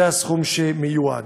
זה הסכום שמיועד.